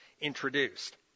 introduced